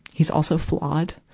he's also flawed.